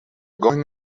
going